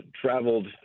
traveled